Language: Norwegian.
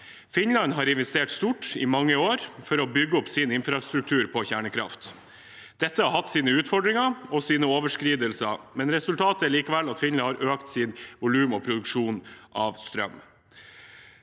Finland har investert stort i mange år for å bygge opp sin infrastruktur på kjernekraft. Dette har hatt sine utfordringer og sine overskridelser, men resultatet er likevel at Finland har økt sitt volum på produksjon av strøm.